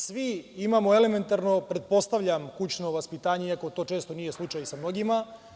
Svi imamo, pretpostavljam, elementarno kućno vaspitanje, iako to često nije slučaj sa mnogima.